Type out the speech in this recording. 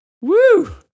Woo